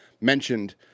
mentioned